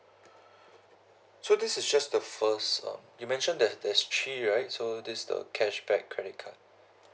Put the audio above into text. so this is just the first um you mentioned there there's three right so this the cashback credit card